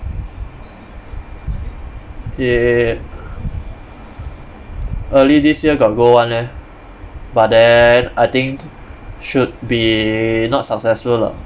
early this year got go one leh but then I think should be not successful lah